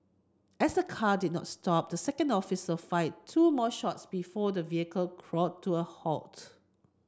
as the car did not stop the second officer fired two more shots before the vehicle crawled to a halt